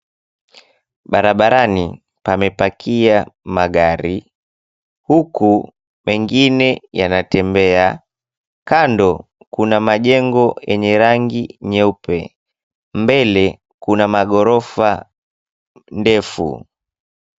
Barabarani pamepakia magari, huku mengine yanatembea. Kando kuna majengo yenye rangi nyeupe, mbele kuna maghorofa ndefu.